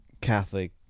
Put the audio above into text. Catholic